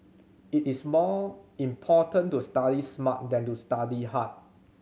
it is more important to study smart than to study hard